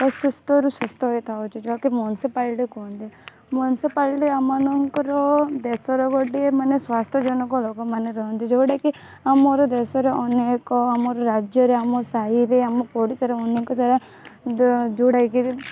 ଅସୁସ୍ଥରୁ ସୁସ୍ଥ ହେଇଥାଉଛି ଯାହା କି ମ୍ୟୁନିସିପାଲିଟି କୁହନ୍ତି ମ୍ୟୁନିସିପାଲିଟି ଆମମାନଙ୍କର ଦେଶର ଗୋଟିଏ ମାନେ ସ୍ୱାସ୍ଥ୍ୟଜନକ ଲୋକମାନେ ରହନ୍ତି ଯେଉଁଟାକି ଆମର ଦେଶର ଅନେକ ଆମର ରାଜ୍ୟର ଆମ ସାହିରେ ଆମ ପଡ଼ିଶାରେ ଅନେକ ସାରା ଯେଉଁଟାକି